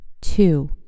Two